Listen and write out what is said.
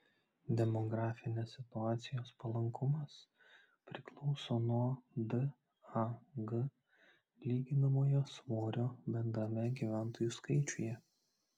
demografinės situacijos palankumas priklauso nuo dag lyginamojo svorio bendrame gyventojų skaičiuje